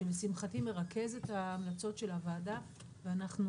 שלשמחתי מרכז את ההמלצות של הוועדה ואנחנו